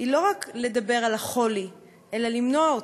היא לא רק לדבר על החולי אלא למנוע אותו,